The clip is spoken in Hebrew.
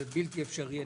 זה בלתי אפשרי.